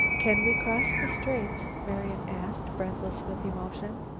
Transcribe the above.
can we cross the straits? marian asked, breathless with emotion.